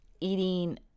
eating